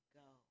go